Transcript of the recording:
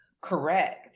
Correct